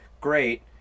Great